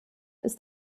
ist